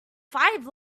five